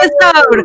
episode